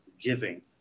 giving